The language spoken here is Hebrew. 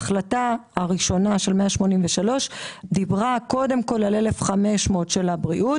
החלטה 183 דיברה קודם כל על ה-1,500 של הבריאות,